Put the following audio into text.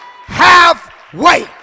halfway